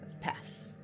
pass